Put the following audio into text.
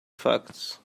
facts